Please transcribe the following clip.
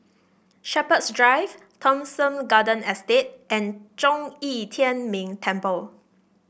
Shepherds Drive Thomson Garden Estate and Zhong Yi Tian Ming Temple